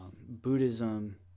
Buddhism